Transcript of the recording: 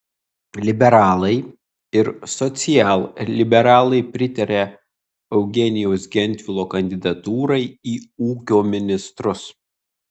liberalai ir socialliberalai pritaria eugenijaus gentvilo kandidatūrai į ūkio ministrus